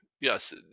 Yes